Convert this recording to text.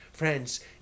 friends